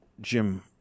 Jim